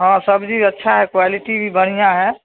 हँ सब्जी अच्छा हइ क्वालिटी भी बढ़िआँ हइ